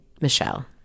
Michelle